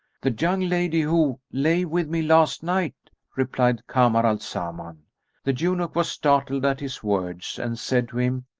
the young lady who lay with me last night, replied kamar al-zaman. the eunuch was startled at his words and said to him,